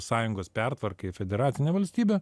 sąjungos pertvarkai į federacinę valstybę